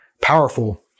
powerful